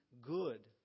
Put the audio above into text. good